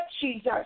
Jesus